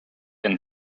and